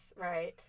right